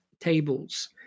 tables